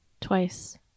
twice